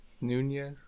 Nunez